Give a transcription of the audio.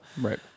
Right